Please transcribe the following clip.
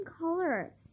color